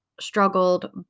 struggled